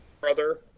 brother